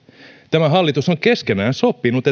tämä hallitus on keskenään sopinut